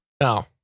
no